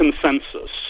consensus